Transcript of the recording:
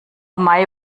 mai